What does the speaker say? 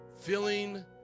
Filling